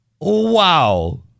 Wow